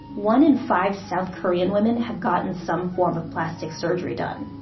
one in five south korean women have gotten some form of plastic surgery done,